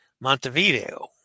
Montevideo